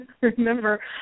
remember